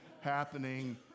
happening